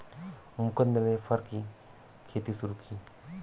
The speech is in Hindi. मुकुन्द ने फर की खेती शुरू की